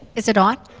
is it on? oh.